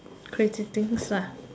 crazy things lah